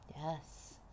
Yes